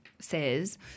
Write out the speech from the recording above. Says